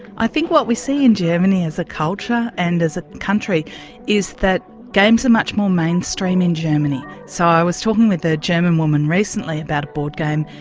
i think what we see in germany as a culture and as a country is that games are much more mainstream in germany. so i was talking with a german woman recently about a board game,